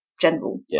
general